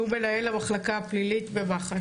שהוא מנהל המחלקה הפלילית במח"ש.